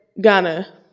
Ghana